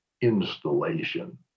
installation